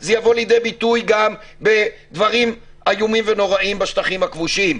זה יבוא לידי ביטוי גם בדברים איומים ונוראים בשטחים הכבושים.